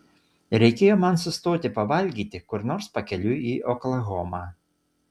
reikėjo man sustoti pavalgyti kur nors pakeliui į oklahomą